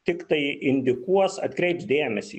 tiktai indikuos atkreips dėmesį